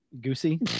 Goosey